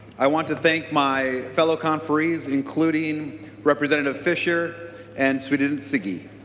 i want to thank my yellow conferees including representative fischer and swedzinski.